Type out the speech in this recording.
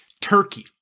Turkey